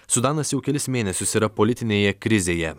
sudanas jau kelis mėnesius yra politinėje krizėje